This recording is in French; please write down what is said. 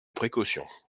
précautions